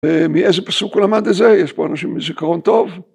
‫מאיזה פסוק הוא למד את זה? ‫יש פה אנשים עם זיכרון טוב?